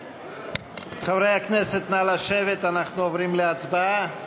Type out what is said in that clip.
חברי הכנסת, נא לשבת, אנחנו עוברים להצבעה.